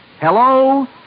Hello